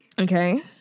Okay